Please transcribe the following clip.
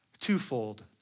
twofold